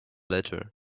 latter